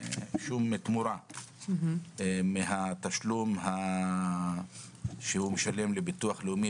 שום תמורה מהתשלום שהוא משלם לביטוח לאומי